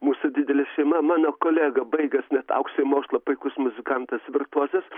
mūsų didelė šeima mano kolega baigęs net aukštąjį mokslą puikus muzikantas virtuozas